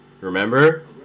Remember